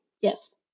yes